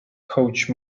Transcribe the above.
coach